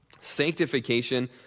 Sanctification